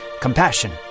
compassion